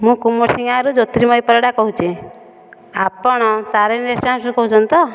ମୁଁ କୁମସି ଗାଁରୁ ଜ୍ୟୋର୍ତିମୟୀ ପରିଡ଼ା କହୁଛି ଆପଣ ତାରେଣୀ ରେଷ୍ଟୁରାଣ୍ଟରୁ କହୁଛନ୍ତି ତ